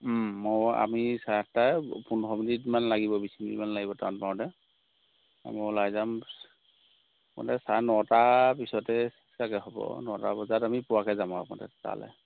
ময়ো আমি চাৰে আঠটা পোন্ধৰ মিনিটমান লাগিব বিছ মিনিটমান লাগিব টাউন পাওঁতে অঁ মই ওলাই যাম মোৰ মতে চাৰে নটাৰ পিছতে চাগে হ'ব আৰু নটাত আমি পোৱাকৈ যাম আৰু মতে তালৈ